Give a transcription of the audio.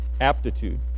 aptitude